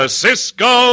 cisco